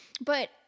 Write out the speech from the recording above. But-